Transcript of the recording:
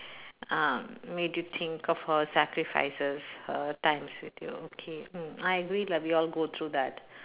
um made you think of her sacrifices her times with you okay mm I agree lah we all go through that